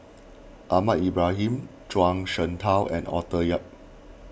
Ahmad Ibrahim Zhuang Shengtao and Arthur Yap